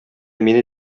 мине